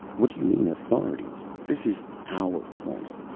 what do you mean, authorities? this is our planet.